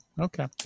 Okay